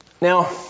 Now